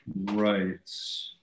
right